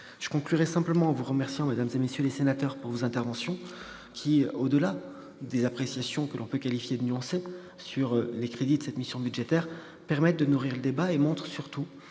Je terminerai en vous remerciant, mesdames, messieurs les sénateurs, de vos interventions. Au-delà des appréciations que l'on peut qualifier de nuancées sur les crédits de cette mission, elles permettent de nourrir le débat. Elles montrent surtout